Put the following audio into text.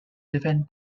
defend